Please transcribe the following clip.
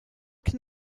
can